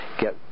get